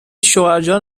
شوهرجان